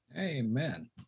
Amen